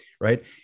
right